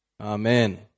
Amen